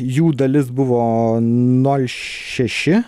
jų dalis buvo nol šeši